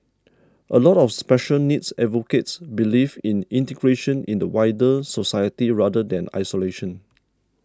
a lot of special needs advocates believe in integration in the wider society rather than isolation